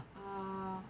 uh